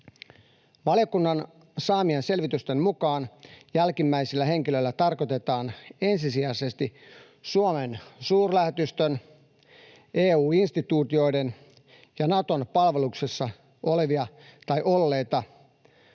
Valiokunnan saamien selvitysten mukaan jälkimmäisillä henkilöillä tarkoitetaan ensisijaisesti Suomen suurlähetystön, EU-instituutioiden ja Naton palveluksessa olevia tai olleita,